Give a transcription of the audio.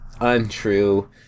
untrue